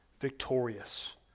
victorious